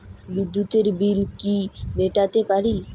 বিদ্যুতের বিল কি মেটাতে পারি?